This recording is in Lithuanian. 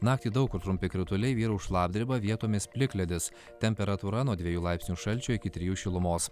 naktį daug kur trumpi krituliai vyraus šlapdriba vietomis plikledis temperatūra nuo dviejų laipsnių šalčio iki trijų šilumos